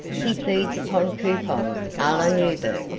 he feeds upon coupons a la newburgh,